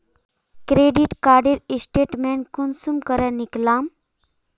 Credit कार्डेर statement कुंसम करे निकलाम?